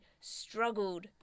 struggled